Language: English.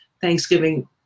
thanksgiving